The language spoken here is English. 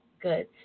good